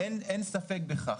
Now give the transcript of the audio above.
אין ספק בכך.